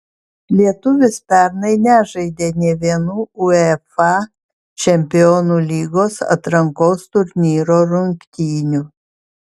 lietuvis pernai nežaidė nė vienų uefa čempionų lygos atrankos turnyro rungtynių